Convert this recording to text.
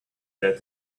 that